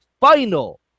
final